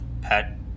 pet